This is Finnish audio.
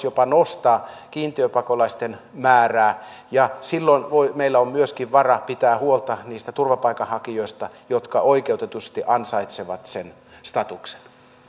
jopa nostaa kiintiöpakolaisten määrää ja silloin meillä on myöskin varaa pitää huolta niistä turvapaikanhakijoista jotka oikeutetusti ansaitsevat sen statuksen